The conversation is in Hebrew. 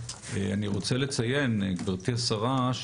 אני רוצה לציין גברתי השרה,